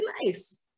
nice